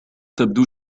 تبدو